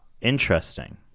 Interesting